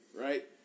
right